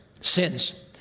Sins